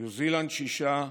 ניו זילנד, שישה,